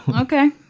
Okay